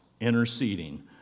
interceding